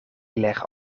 leggen